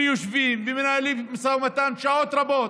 ויושבים ומנהלים משא ומתן שעות רבות.